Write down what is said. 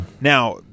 Now